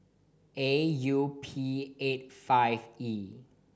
A U P eighty five E